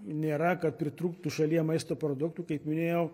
nėra kad pritrūktų šalyje maisto produktų kaip minėjau